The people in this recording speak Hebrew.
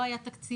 לא היה תקציב.